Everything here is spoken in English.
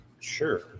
sure